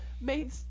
made